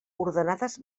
ordenades